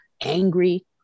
angry